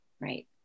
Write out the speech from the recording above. Right